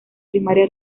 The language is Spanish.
primaria